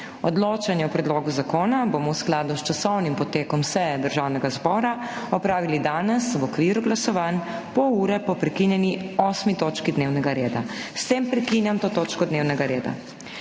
Odločanje o predlogu zakona bomo v skladu s časovnim potekom seje Državnega zbora opravili danes v okviru glasovanj, pol ure po prekinjeni 8. točki dnevnega reda. S tem prekinjam to točko dnevnega reda.